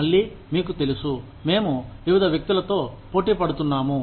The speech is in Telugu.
మళ్లీ మీకు తెలుసు మేము వివిధ వ్యక్తులతో పోటీపడుతున్నాము